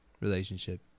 relationship